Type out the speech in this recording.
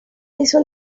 hizo